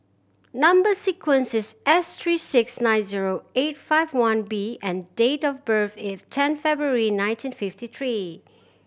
number sequence is S three six nine zero eight five one B and date of birth is ten February nineteen fifty three